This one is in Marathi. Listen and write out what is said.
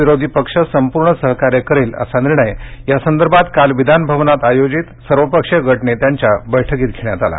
विरोधी पक्ष संपूर्ण सहकार्य करेल असा निर्णय यासंदर्भात काल विधानभवनात आयोजित सर्वपक्षीय गट नेत्यांच्या बैठकीत घेण्यात आला